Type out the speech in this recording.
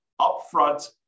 upfront